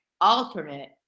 alternate